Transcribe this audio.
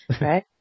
right